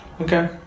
Okay